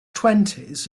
twenties